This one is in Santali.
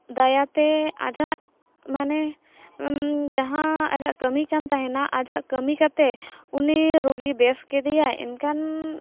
ᱫᱟᱭᱟᱛᱮ ᱟᱡᱟᱜ ᱢᱟᱱᱮ ᱡᱟᱦᱟᱸ ᱟᱡᱟᱜ ᱠᱟᱹᱢᱤᱠᱟᱱ ᱛᱟᱦᱮᱱᱟ ᱟᱡᱟᱜ ᱠᱟᱹᱢᱤ ᱠᱟᱛᱮᱫ ᱩᱱᱤ ᱨᱩᱜᱤ ᱵᱮᱥ ᱠᱮᱫᱮᱭᱟᱭ ᱮᱱᱠᱷᱟᱱ